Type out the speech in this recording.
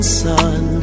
sun